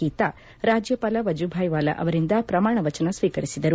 ಗೀತಾ ರಾಜ್ಯಪಾಲ ವಜೂಬಾಯಿ ವಾಲಾ ಅವರಿಂದ ಪ್ರಮಾಣ ವಚನ ಸ್ತೀಕರಿಸಿದರು